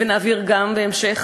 ונעביר גם בהמשך,